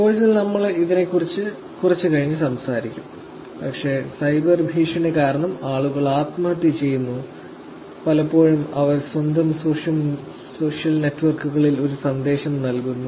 കോഴ്സിൽ നമ്മൾ ഇതിനെക്കുറിച്ച് കുറച്ച് കഴിഞ്ഞ് സംസാരിക്കും പക്ഷേ സൈബർ ഭീഷണി കാരണം ആളുകൾ ആത്മഹത്യ ചെയ്യുന്നു പലപ്പോഴും അവർ സ്വന്തം സോഷ്യൽ നെറ്റ്വർക്കുകളിൽ ഒരു സന്ദേശം നൽകുന്നു